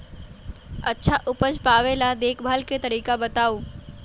अच्छा उपज पावेला देखभाल के तरीका बताऊ?